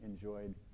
enjoyed